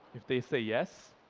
if they say, yes,